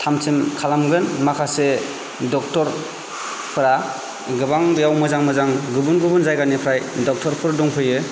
थामजिम खालामगोन माखासे डक्टर फोरा गोबां बेयाव मोजां मोजां गुबुन गुबुन जायगानिफ्राय डक्टरफोर दंफैयो